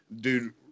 Dude